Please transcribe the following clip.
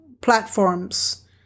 platforms